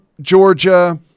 Georgia